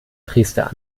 trister